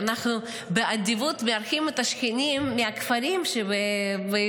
ואנחנו באדיבות מארחים את השכנים מהכפרים שבאזור.